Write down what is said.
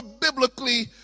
biblically